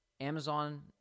Amazon